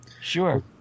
Sure